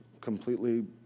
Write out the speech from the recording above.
completely